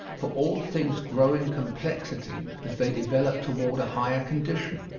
for all things grow in complexity as they develop toward a higher condition.